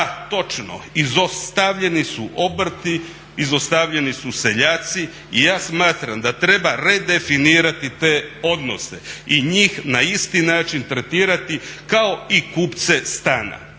točno, izostavljeni su obrti, izostavljeni su seljaci i ja smatram da treba redefinirati te odnose i njih na isti način tretirati kao i kupce stana